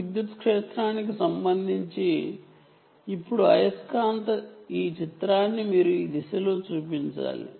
electric field కి సంబంధించి ఇప్పుడు మాగ్నెటిక్ ఫీల్డ్ ని మీరు ఈ దిశలో చూపించాలి